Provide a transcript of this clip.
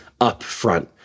upfront